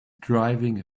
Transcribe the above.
driving